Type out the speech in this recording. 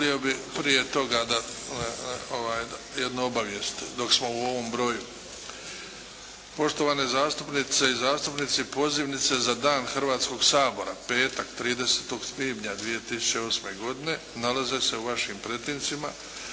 Molio bih prije toga jednu obavijest dok smo u ovom broju. Poštovane zastupnice i zastupnici pozivnice za Dan Hrvatskog sabora, petak 30. svibnja 2008. godine nalaze se u vašim pretincima,